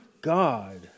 God